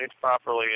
properly